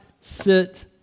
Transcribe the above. sit